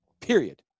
Period